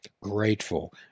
Grateful